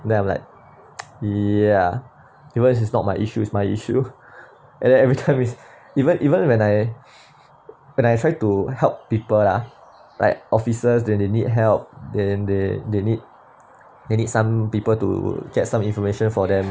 then I'm like ya even if it's not my issue is my issue and then everytime even even when I when I try to help people lah like officers then they need help then they they need they need some people to get some information for them